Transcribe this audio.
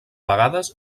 vegades